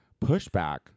pushback